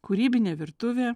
kūrybinė virtuvė